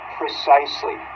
precisely